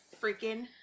freaking